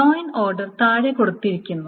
join order താഴെ കൊടുത്തിരിക്കുന്നു